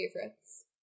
favorites